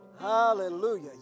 Hallelujah